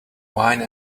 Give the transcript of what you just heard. wine